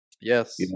Yes